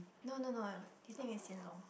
no no no his name is Hsien-Loong